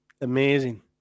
amazing